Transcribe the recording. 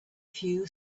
few